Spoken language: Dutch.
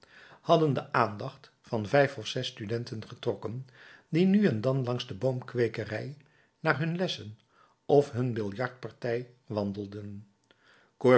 hadden de aandacht van vijf of zes studenten getrokken die nu en dan langs de boomkweekerij naar hun lessen of hun biljartpartij wandelden